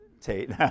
Tate